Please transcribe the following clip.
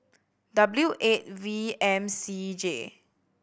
W eight V M C J